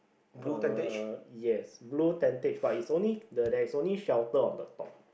uh yes blue tentage but is only the there is only shelter on the top